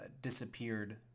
disappeared